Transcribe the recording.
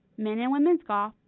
men and women's golf,